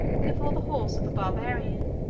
before the horse of a barbarian,